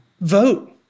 vote